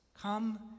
come